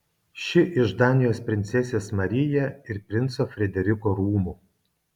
ši iš danijos princesės maryje ir princo frederiko rūmų